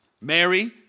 Mary